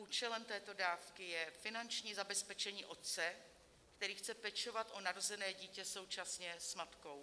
Účelem této dávky je finanční zabezpečení otce, který chce pečovat o narozené dítě současně s matkou.